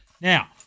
Now